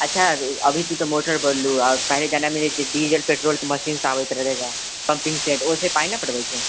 अच्छा अभी तू तऽ मोटर बोललू आर पहिले जे रहै डीज़ल पेट्रोल के मशीन आबैत रहै तऽ ओहिसॅं पनि नहि पटबै छौ